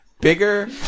bigger